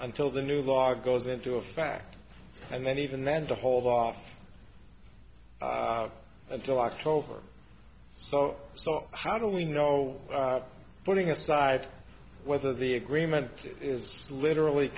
until the new law goes into a fact and then even then to hold off until october so so how do we know putting aside whether the agreement is literally